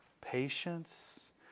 patience